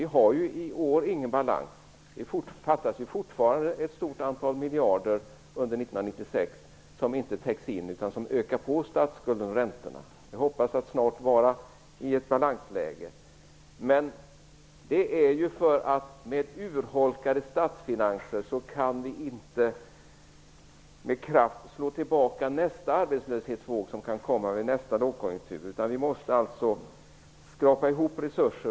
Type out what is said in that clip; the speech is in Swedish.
Vi har ingen balans i år. Det fattas fortfarande ett stort antal miljarder under 1996, vilket ökar på statsskulden och räntorna. Vi hoppas att snart vara i ett balansläge, men med urholkade statsfinanser kan vi inte med kraft slå tillbaka nästa arbetslöshetsvåg som kan komma vid nästa lågkonjunktur. Vi måste alltså skrapa ihop resurser.